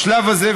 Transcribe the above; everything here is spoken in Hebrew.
בשלב הזה,